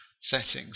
settings